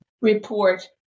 report